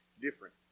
different